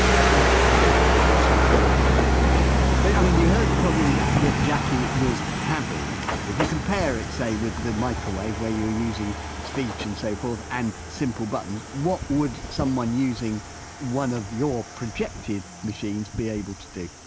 i'm hoping that it will be some time in the next year but i mean you heard the problems that jackie was having, but if you compare it say with the microwave, where you're using speech and so forth and simple buttons, what would someone using one of your projected machines be able to do?